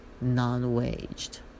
non-waged